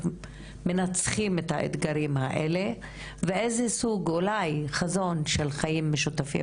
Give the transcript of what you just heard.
מנצחים את האתגרים האלה ואיזה סוג אולי חזון של חיים משותפים,